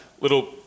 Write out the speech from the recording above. little